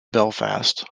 belfast